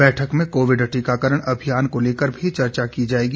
बैठक में कोविड टीकाकरण अभियान को लेकर भी चर्चा की जाएगी